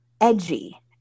edgy